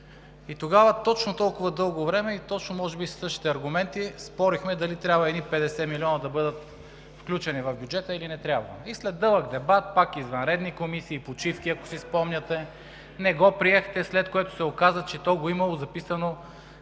И тогава точно толкова дълго време и може би точно със същите аргументи спорехме дали едни 50 милиона да бъдат включени в бюджета, или не трябва. И след дълъг дебат, пак извънредни комисии, почивки, ако си спомняте, не го приехте, след което се оказа, че го имало записано